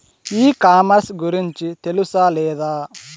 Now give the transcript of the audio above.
E commerce గురించి తెలుసా లేదా?